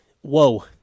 Whoa